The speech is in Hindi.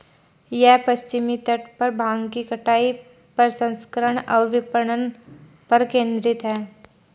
यह पश्चिमी तट पर भांग की कटाई, प्रसंस्करण और विपणन पर केंद्रित है